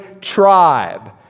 tribe